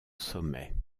sommet